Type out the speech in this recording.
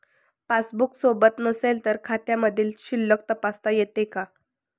Passbook सोबत नसेल तर खात्यामधील शिल्लक तपासता येते का?